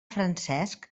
francesc